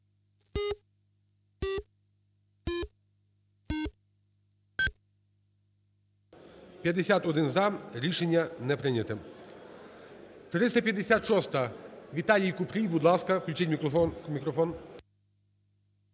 За-51 Рішення не прийняте. 356-а, Віталій Купрій. Будь ласка, включіть мікрофон.